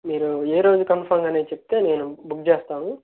మీరు ఏ రోజు కన్ఫామ్గా అని చెప్తే మేము బుక్ చేస్తాను